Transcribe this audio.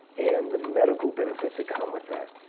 and the medical benefits that come with that.